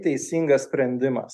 teisingas sprendimas